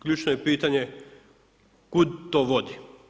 Ključno je pitanje kud to vodi?